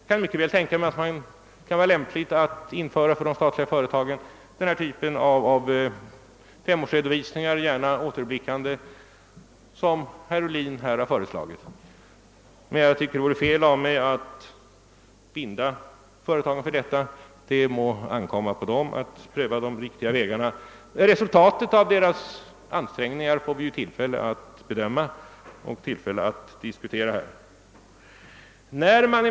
Jag kan mycket väl tänka mig att det för de statliga företagen kan vara lämpligt att införa den typ av femårsredovisningar — gärna återblickande — som herr Ohlin föreslagit. Men jag tycker att det vore fel av mig att binda företagen för detta; det må ankomma på dem att pröva vilka vägar som är de riktiga att gå. Resultatet av deras ansträngningar får vi tillfälle att bedöma och diskutera här.